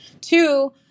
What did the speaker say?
two